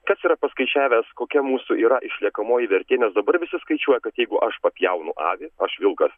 kas yra paskaičiavęs kokia mūsų yra išliekamoji vertė nes dabar visi skaičiuoja kad jeigu aš papjaunu avį aš vilkas